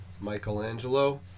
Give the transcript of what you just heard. Michelangelo